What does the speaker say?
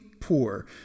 poor